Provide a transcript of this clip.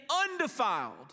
undefiled